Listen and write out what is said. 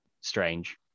strange